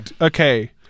okay